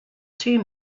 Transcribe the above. two